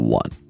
one